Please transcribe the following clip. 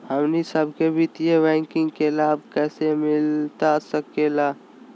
हमनी सबके वित्तीय बैंकिंग के लाभ कैसे मिलता सके ला?